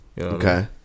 okay